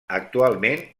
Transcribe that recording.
actualment